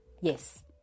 yes